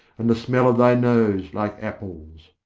and the smell of thy nose like apples